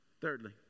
Thirdly